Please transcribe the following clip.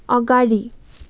अगाडि